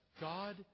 God